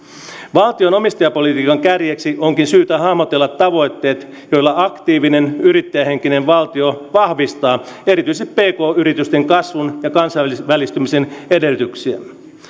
valtion omistajapolitiikan kärjeksi onkin syytä hahmotella tavoitteet joilla aktiivinen yrittäjähenkinen valtio vahvistaa erityisesti pk yritysten kasvun ja kansainvälistymisen edellytyksiä